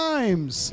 Times